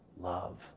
love